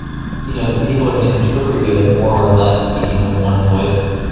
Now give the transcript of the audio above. you know, people are going to interpret you as more or less speaking with one voice.